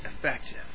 effective